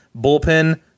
bullpen